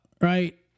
Right